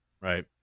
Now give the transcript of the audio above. Right